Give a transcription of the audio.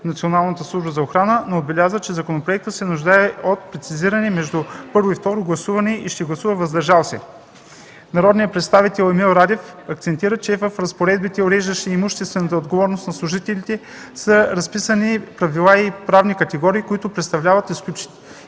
Националната служба за охрана, но отбеляза, че законопроектът се нуждае от прецизиране между първо и второ гласуване и ще гласува „въздържал се”. Народният представител Емил Радев акцентира, че в разпоредбите, уреждащи имуществената отговорност на служителите, са разписани правила и правни категории, които представляват изключение